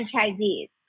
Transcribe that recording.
franchisees